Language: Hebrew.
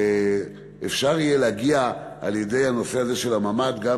אפשר יהיה להגיע על-ידי הנושא של הממ"ד גם